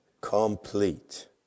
complete